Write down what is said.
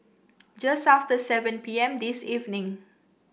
just after seven P M this evening